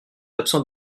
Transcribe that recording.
absent